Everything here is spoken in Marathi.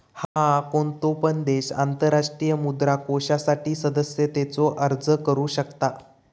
हा, कोणतो पण देश आंतरराष्ट्रीय मुद्रा कोषासाठी सदस्यतेचो अर्ज करू शकता